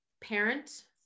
parent